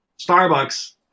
starbucks